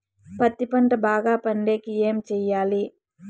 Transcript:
పత్తి పంట బాగా పండే కి ఏమి చెయ్యాలి?